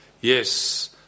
Yes